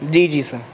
جی جی سر